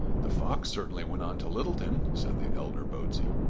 the fox certainly went on to littleton, said the elder botsey.